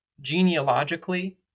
genealogically